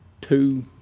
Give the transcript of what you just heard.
two